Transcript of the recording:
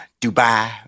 Dubai